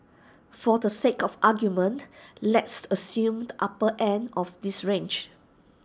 for the sake of argument let's assume the upper end of this range